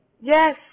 Yes